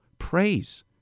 praise